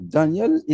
Daniel